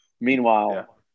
Meanwhile